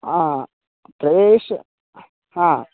आं तेषां हा